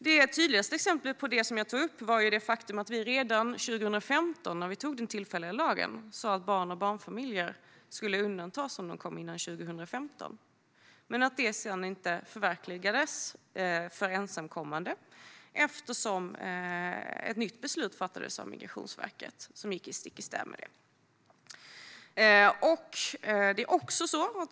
Det tydligaste exemplet på vad jag tar upp är det faktum att vi redan 2015, då vi antog den tillfälliga lagen, sa att barn och barnfamiljer skulle undantas om de kom före 2015. Det har därefter dock inte förverkligats för ensamkommande eftersom ett nytt beslut fattades av Migrationsverket, vilket gick stick i stäv med detta.